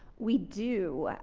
we do.